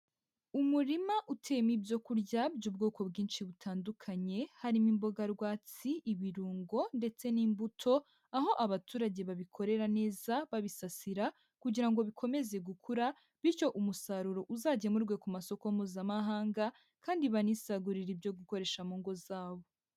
Umurima uteyemo ibyo kurya by'ubwoko bwinshi butandukanye, harimo imboga rwatsi, ibirungo ndetse n'imbuto, aho abaturage babikorera neza babisasira kugira ngo bikomeze gukura bityo umusaruro uzagemurwe ku masoko Mpuzamahanga kandi banisagurira ibyo gukoresha mu ngo zabo.